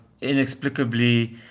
inexplicably